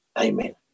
Amen